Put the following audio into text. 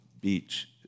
beach